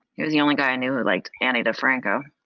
he was the only guy i knew who liked ani difranco.